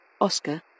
Oscar